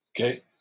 Okay